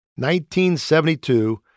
1972